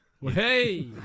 Hey